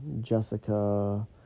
Jessica